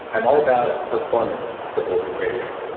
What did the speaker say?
i'm all about performance for bulletproof radio.